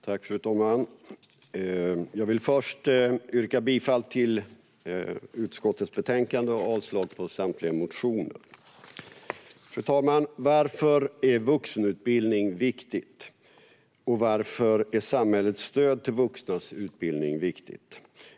Fru talman! Jag vill först yrka bifall till förslaget i utskottets betänkande och avslag på samtliga motioner. Fru talman! Varför är det viktigt med vuxenutbildning? Och varför är samhällets stöd till vuxnas utbildning viktigt?